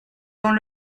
dans